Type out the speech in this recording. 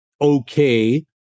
okay